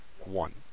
one